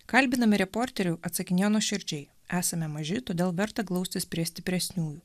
kalbinami reporterių atsakinėjo nuoširdžiai esame maži todėl verta glaustis prie stipresniųjų